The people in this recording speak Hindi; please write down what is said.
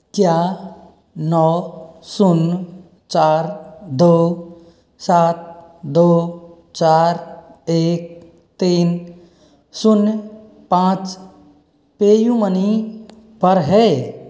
क्या नौ शून्य चार दो सात दो चार एक तीन शून्य पाँच पेयू मनी पर है